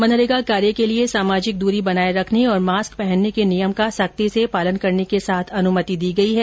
मनरेगा कार्य के लिए सामाजिक दूरी बनाये रखने और मास्क पहनने के नियम का सख्ती से पालन करने के साथ अनुमति दी गई है